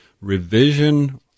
revision